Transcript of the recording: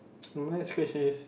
my next question is